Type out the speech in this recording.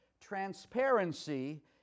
Transparency